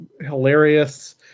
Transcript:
hilarious